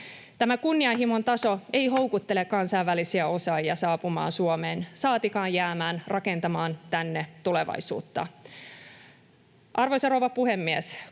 Tämä kunnianhimon taso ei houkuttele kansainvälisiä osaajia saapumaan Suomeen, saatikka jäämään rakentamaan tänne tulevaisuutta. Arvoisa rouva puhemies!